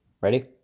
Ready